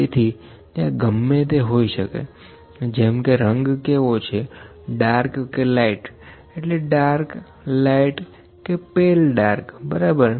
તેથી ત્યાં ગમે તે હોઈ શકે જેમ કે રંગ કેવો ડાર્ક કે લાઈટ એટલે ડાર્ક લાઈટ કે પેલ ડાર્ક બરાબર